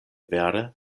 vere